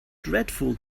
dreadful